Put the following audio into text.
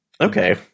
okay